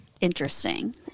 interesting